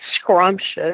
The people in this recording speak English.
scrumptious